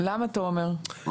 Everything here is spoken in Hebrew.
למה, תומר?